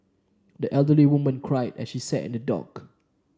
the elderly woman cried as she sat in the dock